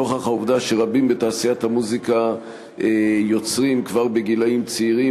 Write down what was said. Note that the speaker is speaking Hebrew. נוכח העובדה שרבים בתעשיית המוזיקה יוצרים כבר בגילים צעירים,